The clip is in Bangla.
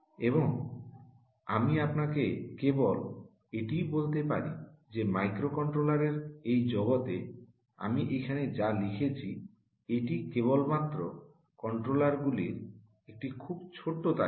এবং আমি আপনাকে কেবল এটিই বলতে পারি যে মাইক্রোকন্ট্রোলারের এই জগতে আমি এখানে যা লিখেছি এটি কেবলমাত্র কন্ট্রোলারগুলির একটি খুব ছোট তালিকা